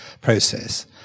process